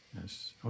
yes